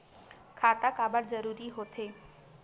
खाता काबर जरूरी हो थे?